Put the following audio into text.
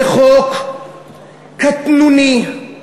זה חוק קטנוני, מעצבן,